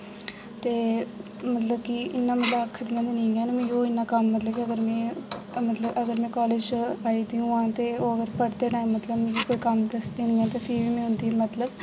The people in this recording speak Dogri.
ते मतलब कि इन्ना मतलब आखदियां ते नेईं हैन मी ओह् इन्ना कम्म मतलब कि अगर में मतलब अगर में कालेज आई दी होवां ते ओह् अगर पढ़दे टाइम मतलब मी कोई कम्म दसदे नि हैन में ते फ्ही बी उं'दी मतलब